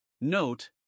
Note